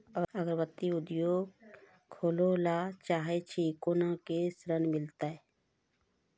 अगरबत्ती उद्योग खोले ला चाहे छी कोना के ऋण मिलत?